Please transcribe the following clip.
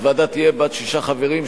הוועדה תהיה בת שישה חברים,